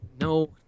No